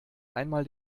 einmal